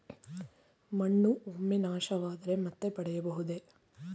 ಮಣ್ಣು ಒಮ್ಮೆ ನಾಶವಾದರೆ ಮತ್ತೆ ಪಡೆಯಬಹುದೇ?